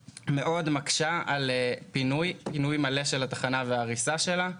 מקשה מאוד על פינוי מלא של התחנה וההריסה שלה.